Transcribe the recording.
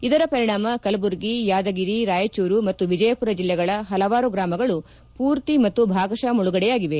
ಇದರ ಪರಿಣಾಮ ಕಲಬುರಗಿ ಯಾದಗಿರಿ ರಾಯಚೂರು ಮತ್ತು ವಿಜಯಪುರ ಜಿಲ್ಲೆಗಳ ಪಲವಾರು ಗ್ರಾಮಗಳು ಪೂರ್ತಿ ಮತ್ತು ಭಾಗಶಃ ಮುಳುಗಡೆಯಾಗಿವೆ